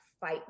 fight